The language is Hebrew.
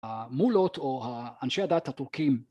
המולות או האנשי הדת הטורקים.